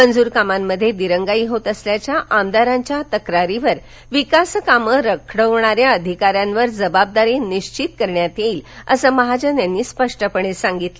मंजूर कामांमध्ये दिरंगाई होत असल्याच्या आमदारांच्या तक्रारीवर विकासकामे रखडविणाऱ्या अधिकाऱ्यांवर जबाबदारी निश्वित करण्यात येईल असे महाजन यांनी सांगितले